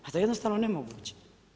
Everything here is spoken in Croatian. Pa to je jednostavno nemoguće.